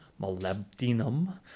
molybdenum